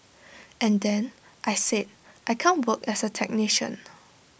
and then I said I can't work as A technician